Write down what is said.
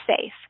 safe